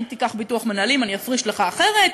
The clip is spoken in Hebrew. אם תיקח ביטוח מנהלים אפריש לך אחרת.